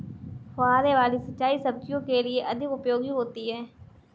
फुहारे वाली सिंचाई सब्जियों के लिए अधिक उपयोगी होती है?